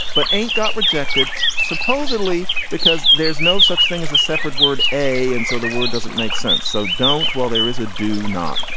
but ain't got rejected supposedly because there's no such thing as a separate word a. and so the word doesn't make sense. so don't well there is a do not.